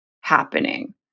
happening